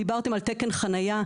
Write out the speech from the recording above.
דיברתם על תקן חניה,